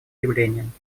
явлением